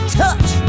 touch